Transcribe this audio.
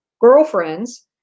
girlfriends